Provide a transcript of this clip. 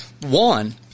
One